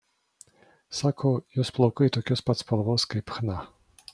sako jos plaukai tokios pat spalvos kaip chna